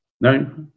no